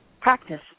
practice